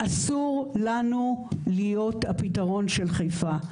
אסור לנו להיות הפתרון של חיפה.